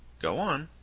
go on.